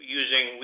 using